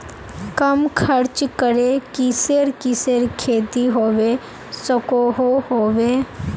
कम खर्च करे किसेर किसेर खेती होबे सकोहो होबे?